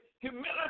humility